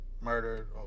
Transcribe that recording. murdered